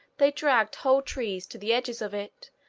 they dragged whole trees to the edges of it,